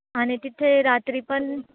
आणि तिथे रात्री पण